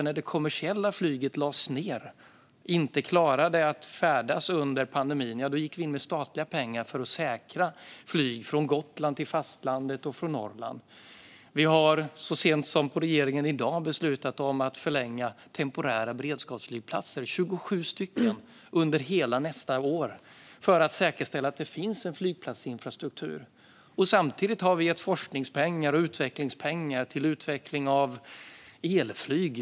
När det kommersiella flyget lades ned och inte klarade att färdas under pandemin gick vi in med statliga pengar för att säkra flyg från Gotland till fastlandet och flyg från Norrland. Så sent som i dag beslutade regeringen att förlänga de temporära beredskapsflygplatserna - 27 stycken - under hela nästa år för att säkerställa att det finns en flygplatsinfrastruktur. Samtidigt har vi gett forskningspengar och utvecklingspengar till utveckling av elflyg.